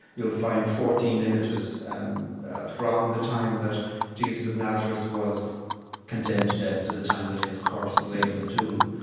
you'll find fourteen images and from the time that jesus of nazareth was condemned to death to the time that his corpse was laid in the tomb.